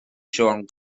siôn